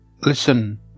Listen